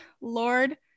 Lord